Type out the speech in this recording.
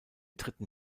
dritten